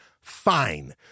fine